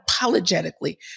apologetically